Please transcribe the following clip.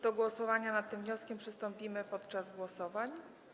Do głosowania nad tym wnioskiem przystąpimy podczas głosowań.